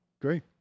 Great